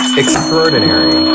extraordinary